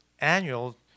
annual